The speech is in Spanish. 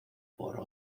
por